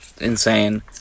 insane